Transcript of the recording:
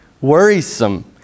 worrisome